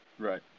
Right